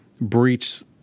breach